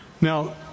Now